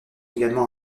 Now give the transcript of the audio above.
également